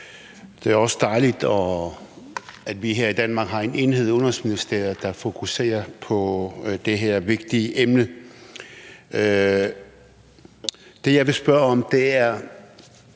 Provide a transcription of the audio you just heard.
Det er også dejligt, at vi her i Danmark har en enhed i Udenrigsministeriet, der fokuserer på det her vigtige emne. Det, jeg vil spørge om, er: